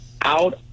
out